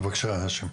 בבקשה, האשם,